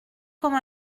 comme